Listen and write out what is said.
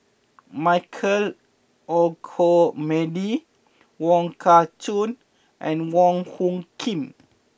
Michael Olcomendy Wong Kah Chun and Wong Hung Khim